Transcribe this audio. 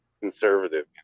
conservative